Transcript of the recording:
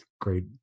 great